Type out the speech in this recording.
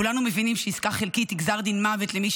כולנו מבינים שעסקה חלקית היא גזר דין מוות למי